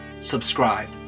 subscribe